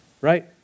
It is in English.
Right